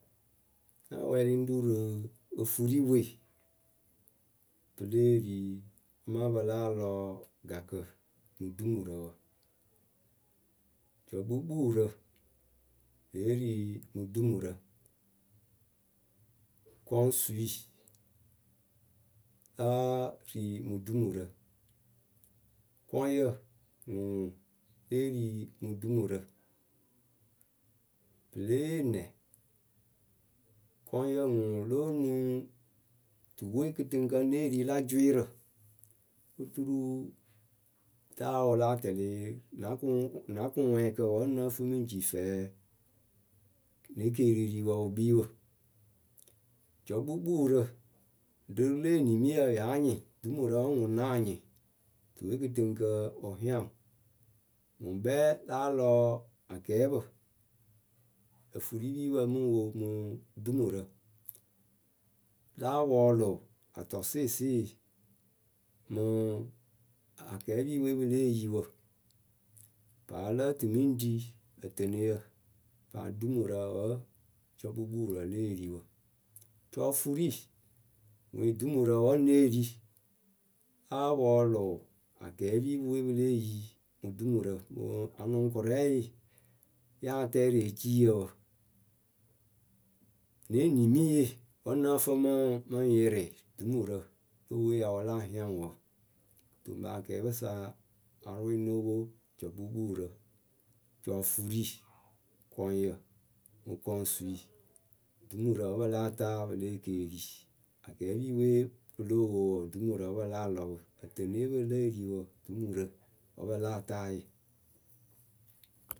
Ŋ́ wɛɛlɩ ŋ́ ru rɨ ofuripǝ we, pɨ lée ri ama pɨ láa lɔɔ gakǝ mɨ dumurǝ wǝ. jɔkpukpuurǝ lée ri mɨ dumurǝ Kɔŋsui, láa ri mɨ dumurǝ, kɔŋyǝ mɨŋ ŋwʊ lée ri mɨ dumurǝ Pɨ lée yee nɛ?. Kɔŋyǝ ŋwʊ lóo nuŋ tuwe kɨtɨŋkǝ ŋ née ri la jwɩɩrǝ oturuu, taa wɨ láa tɛlɩɩ, na kʊŋ na kʊŋwɛɛkǝ wǝ́ nǝ́ǝ fɨ mɨ ŋ ci fɛɛ, ne keeririwǝ wɨ kpii wǝ. Jɔkpukpuurǝ, ŋɖɨ rɨle enimiyǝ yáa nyɩŋ, dumurǝǝ ŋwʊ náa nyɩŋ tuwe kɨtɨŋkǝǝ wɨ hiaŋ ŋwɨ Ŋwʊ ŋkpɛ láa lɔɔ akɛɛpǝ ofuripiipǝ mɨ ŋ wo mɨ dumurǝ Láa pɔɔlʊ atɔsɩɩsɩɩɩ, mɨ akɛɛpipǝ we pɨ lée yi wǝ Paa lǝ́ǝ tɨ mɨ ŋ ri ǝtɨnɨyǝ, paa dumurǝ wǝ́ jɔkpukpuurǝ lée ri wǝ. Cɔɔfurii ŋwɨe dumurǝ wǝ́ ŋ née ri Láa pɔɔlʊ akɛɛpipǝ we pɨ lée yi mɨ dumurǝ mɨ anʊŋkʊrɛɛye yáa tɛ rɨ eciiyǝ wǝ Ne enimiiye wǝ́ ŋ nǝ́ǝ fɨ mɨ ŋ mi ŋ yɩrɩ dumurǝ le we wɨ ya wɨ láa hiaŋ ŋwɨ wǝ.,Ŋpɨ akɛɛpǝ sa pɨ lóo pwo jɔkpukpuurǝ. cɔɔfurii kɔŋyǝ mɨ kɔŋsui Dumurǝ wǝ́ pɨ láa taa pɨle ekeerii Akɛɛpipǝ we pɨ lóo wo wɔɔ, dumurǝ wǝ́ pɨ láa lɔ pɨ. Ǝtɨnɨye pɨ lée ri wɔɔ dumurǝ wǝ́ pɨ láa taa yɨ.